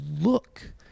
look